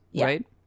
right